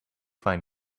find